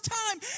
time